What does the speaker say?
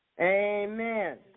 Amen